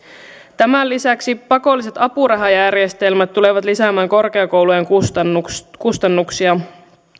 tämän lisäksi pakolliset apurahajärjestelmät tulevat lisäämään korkeakoulujen kustannuksia kustannuksia